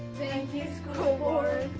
and you you school board